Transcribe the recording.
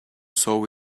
saw